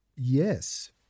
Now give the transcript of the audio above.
Yes